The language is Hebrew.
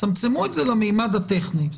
צמצמו את זה לממד הטכני.